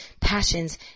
passions